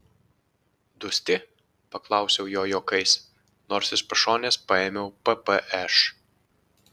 dusti paklausiau jo juokais nors iš pašonės paėmiau ppš